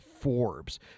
Forbes